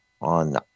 on